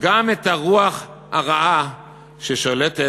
גם את הרוח הרעה ששולטת